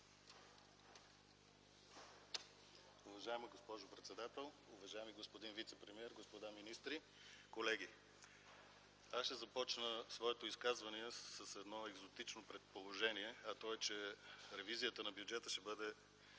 Уважаема госпожо председател, уважаеми господин вицепремиер, господа министри, колеги! Аз ще започна своето изказване с едно екзотично предположение, а то е, че ревизията на бюджета ще бъде